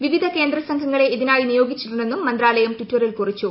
വിവിധ കേന്ദ്ര സംഘങ്ങളെ ഇതിനായി നിയോഗിച്ചിട്ടുണ്ടെന്നും മന്ത്രാലയം ടിറ്ററിൽ കുറിച്ചു